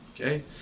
okay